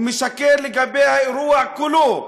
משקר לגבי האירוע כולו,